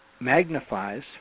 magnifies